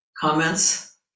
comments